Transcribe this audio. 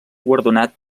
guardonat